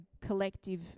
collective